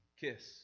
kiss